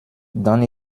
dann